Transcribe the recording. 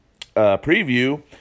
preview